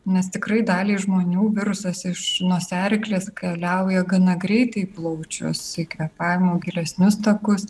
nes tikrai daliai žmonių virusas iš nosiaryklės keliauja gana greitai plaučius kvėpavimo gilesnius takus